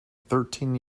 thirteen